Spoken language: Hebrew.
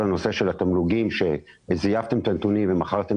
כל הנושא של התגמולים שזייפתם את הנתונים ומכרתם